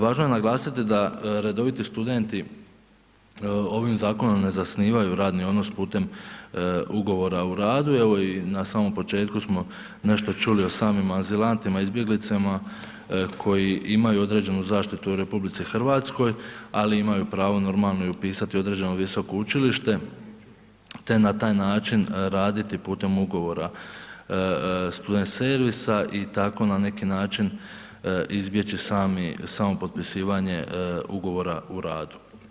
Važno je naglasiti da redoviti studenti ovim zakonom ne zasnivaju radni odnos putem ugovora o radu, evo i na samom početku smo nešto čuli o samim azilantima, izbjeglicama koji imaju određenu zaštitu u RH, ali imaju pravo normalno upisati i određeno visoko učilište te na taj način raditi putem ugovora student servisa i tako na način izbjeći samo potpisivanje ugovora o radu.